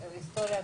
ההיסטוריה.